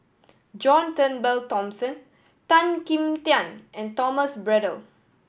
John Turnbull Thomson Tan Kim Tian and Thomas Braddell